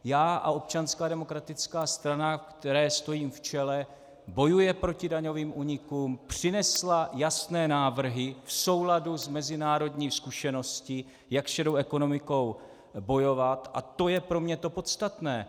Já a Občanská demokratická strana, které stojím v čele, bojuje proti daňovým únikům, přinesla jasné návrhy v souladu s mezinárodní zkušeností, jak s šedou ekonomikou bojovat, a to je pro mě to podstatné.